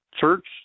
church